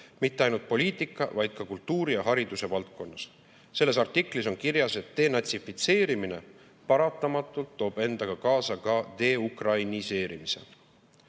mitte ainult poliitika, vaid ka kultuuri ja hariduse valdkonnas. Selles artiklis on kirjas, et denatsifitseerimine paratamatult toob endaga kaasa ka deukrainiseerimise. Vene